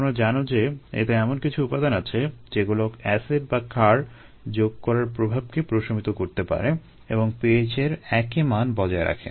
তোমরা জানো যে এতে এমন কিছু উপাদান আছে যেগুলো এসিড বা ক্ষার যোগ করার প্রভাবকে প্রশমিত করতে পারে এবং pH এর একই মান বজায় রাখে